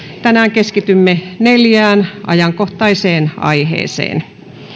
tänään keskitymme neljään ajankohtaiseen aiheeseen